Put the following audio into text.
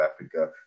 Africa